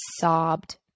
sobbed